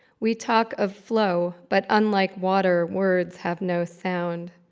we talk of flow, but unlike water, words have no sound.